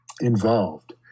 involved